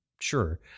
Sure